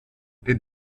den